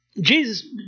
Jesus